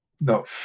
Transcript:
No